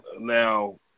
Now